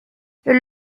elle